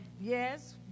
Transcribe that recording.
yes